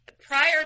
prior